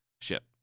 ship